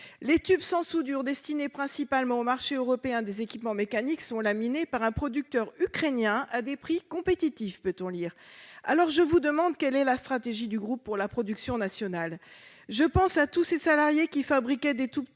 Les tubes sans soudure destinés principalement au marché européen des équipements mécaniques sont laminés par un producteur ukrainien à des prix compétitifs. » Quelle est donc la stratégie du groupe pour la production nationale ? Je pense à tous ces salariés qui fabriquaient des tubes